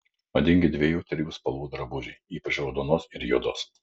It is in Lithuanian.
madingi dviejų trijų spalvų drabužiai ypač raudonos ir juodos